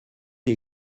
les